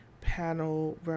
panel